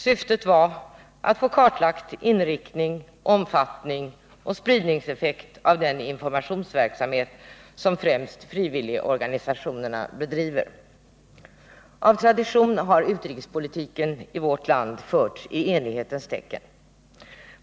Syftet var att få kartlagt inriktning, omfattning och spridningseffekt av den informationsverksamhet som främst frivilligorganisationerna bedriver. Av tradition har utrikespolitiken i vårt land förts i enighetens tecken.